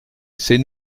c’est